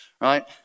right